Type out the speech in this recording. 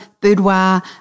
boudoir